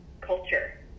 culture